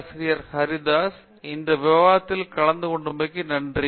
பேராசிரியர் பிரதாப் ஹரிதாஸ் இந்த விவாதத்தில் கலந்து கொண்டமைக்கு நன்றி